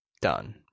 done